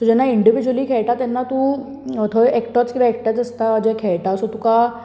so जेन्ना individually खेळटा तेन्ना तूं थंय एकटोच किद्याक एकटोच आसता जो खेळटा सो तुका